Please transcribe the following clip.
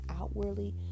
outwardly